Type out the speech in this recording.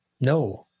no